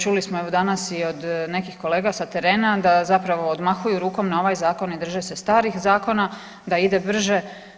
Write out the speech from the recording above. Čuli smo evo danas i od nekih kolega sa terena da zapravo odmahuju rukom na ovaj zakon i drže se starih zakona da ide brže.